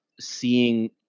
seeing